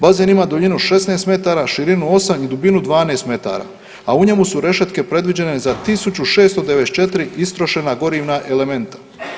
Bazen ima duljinu 16 metara, širinu 8 i dubinu 12 metara, a u njemu su rešetke predviđene za tisuću 694 istrošena gorivna elementa.